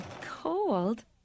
Cold